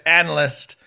analyst